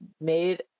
made